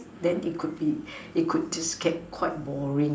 then it could be it could just get quite boring